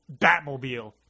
Batmobile